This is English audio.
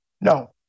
No